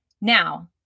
now